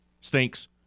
stinks